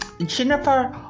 Jennifer